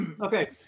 okay